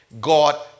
God